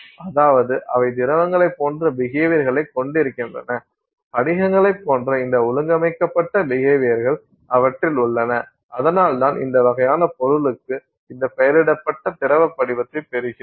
அதாவது அவை திரவங்களைப் போன்ற பிஹேவியர்களைக் கொண்டிருக்கின்றன படிகங்களைப் போன்ற இந்த ஒழுங்கமைக்கப்பட்ட பிஹேவியர்கள் அவற்றில் உள்ளன அதனால்தான் இந்த வகையான பொருளுக்கு இந்த பெயரிடப்பட்ட திரவ படிகத்தைப் பெறுகிறோம்